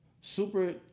super